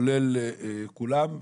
כולל כולם,